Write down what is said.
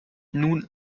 nun